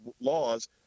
laws